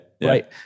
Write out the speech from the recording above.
right